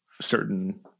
certain